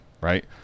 right